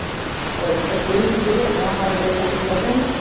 like, if we didn't know how to raise healthy children,